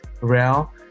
Real